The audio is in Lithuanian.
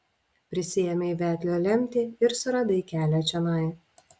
prisiėmei vedlio lemtį ir suradai kelią čionai